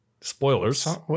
spoilers